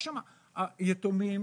שם היתומים